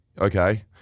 Okay